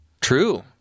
True